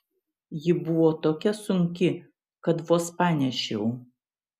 ji buvo tokia sunki kad vos panešiau